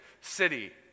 city